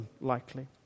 unlikely